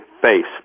face